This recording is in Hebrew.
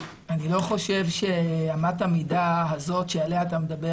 אני לא חושב שאמת המידה הזאת שעליה אתה מדבר